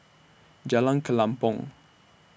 Jalan Kelempong